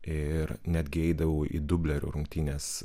ir netgi eidavau į dublerių rungtynes